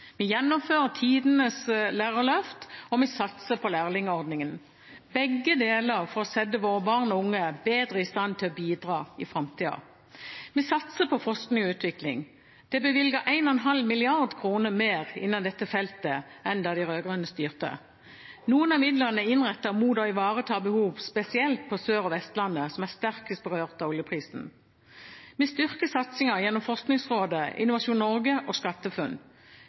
Vi gjennomfører tidenes lærerløft, og vi satser på lærlingordningen – begge deler for å sette våre barn og unge bedre i stand til å bidra i framtida. Vi satser på forskning og utvikling. Det er bevilget 1,5 mrd. kr mer innen dette feltet enn da de rød-grønne styrte. Noen av midlene er innrettet mot å ivareta behov spesielt på Sør- og Vestlandet, som er sterkest berørt av oljeprisen. Vi styrker satsingen gjennom Forskningsrådet, Innovasjon Norge og SkatteFUNN.